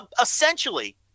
essentially